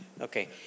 Okay